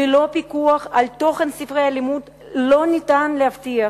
ללא פיקוח על תוכן ספרי הלימוד לא ניתן להבטיח